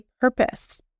purpose